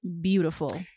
beautiful